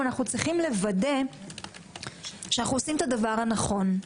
אנחנו צריכים לוודא שאנחנו עושים את הדבר הנכון.